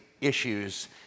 issues